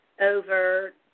over